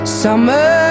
summer